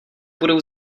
budou